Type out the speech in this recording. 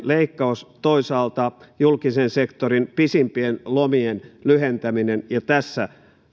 leikkaus toisaalta julkisen sektorin pisimpien lomien lyhentäminen ja